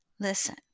Listen